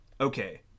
Okay